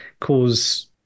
cause